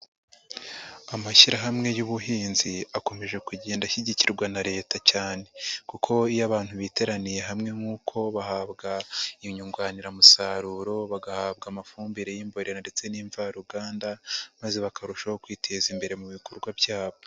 Amashyirahamwe y'ubuhinzi akomeje kugenda ashyigikirwa na leta cyane, kuko iyo abantu biteraniye hamwe nk'uko, bahabwa inyunganiramusaruro, bagahabwa amafumbire y'imborera ndetse n'imvaruganda, maze bakarushaho kwiteza imbere mu bikorwa byabo.